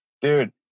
Dude